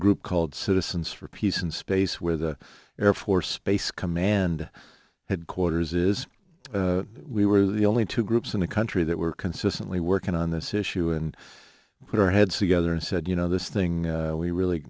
group called citizens for peace and space where the air force base command headquarters is we were the only two groups in the country that were consistently working on this issue and put our heads together and said you know this thing we really